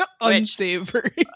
Unsavory